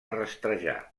rastrejar